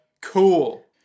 Cool